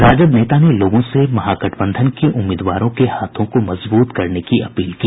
राजद नेता ने लोगों से महागठबंधन के उम्मीदवारों के हाथों को मजबूत करने की अपील की